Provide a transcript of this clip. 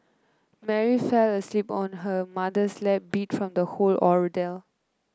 Mary fell asleep on her mother's lap beat from the whole ordeal